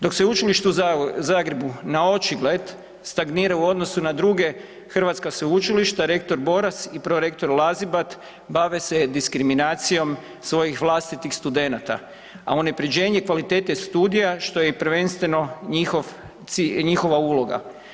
Dok Sveučilište u Zagrebu naočigled stagnira u odnosu na druge hrvatska sveučilišta, rektor Boras i prorektor Lazibat bave se diskriminacijom svojih vlastitih studenata, a unaprjeđenje i kvalitete studija, što je i prvenstveno njihov cilj, njihova uloga.